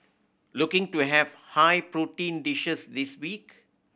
looking to have high protein dishes this week